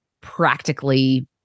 practically